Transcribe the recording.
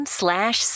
slash